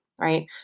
right